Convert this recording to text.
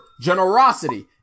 generosity